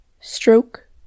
stroke